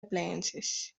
appliances